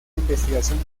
investigación